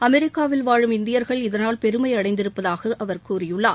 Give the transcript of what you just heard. அமெரிக்காவில் வாழும் இந்தியர்கள் இதனால் பெருமை அடைந்திருப்பதாகக் கூறியுள்ளார்